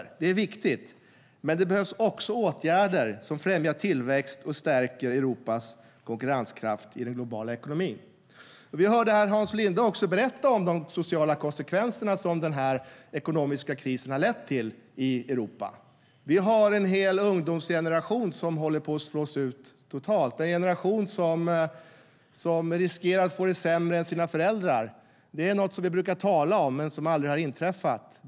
Det är viktigt, men det behövs också åtgärder som främjar tillväxt och stärker Europas konkurrenskraft i den globala ekonomin. Vi hörde Hans Linde berätta om de sociala konsekvenser som den ekonomiska krisen har gett i Europa. En hel ungdomsgeneration håller på att slås ut. Det är en generation som riskerar att få det sämre än sina föräldrar. Det är något som vi brukar tala om men som aldrig har inträffat.